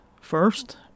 first